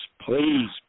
please